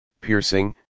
piercing